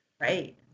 Right